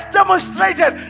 demonstrated